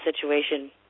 situation